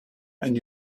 and